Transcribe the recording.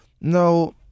no